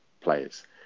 players